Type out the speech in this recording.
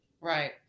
Right